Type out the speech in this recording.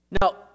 Now